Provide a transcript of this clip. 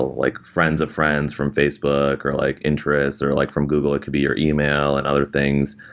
like friends of friends from facebook or like interest, or like from google it could be your email and other things.